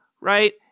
right